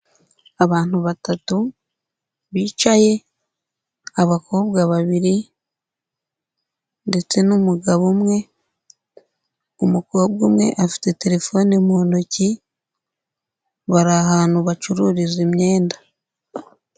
Abantu batatu bicaye, abakobwa babiri ndetse n'umugabo umwe, umukobwa umwe bafite telefone mu ntoki, bari ahantu bacururiza imyenda.